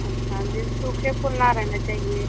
अच्छा ये सूखे फूल ना रहना चाहिए